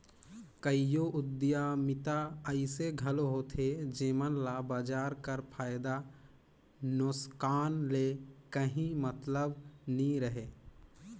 कइयो उद्यमिता अइसे घलो होथे जेमन ल बजार कर फयदा नोसकान ले काहीं मतलब नी रहें